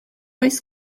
oes